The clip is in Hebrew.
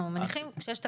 אנחנו מניחים כשיש תקנות.